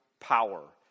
power